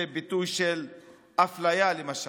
זה ביטוי של אפליה למשל,